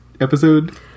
episode